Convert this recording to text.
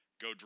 go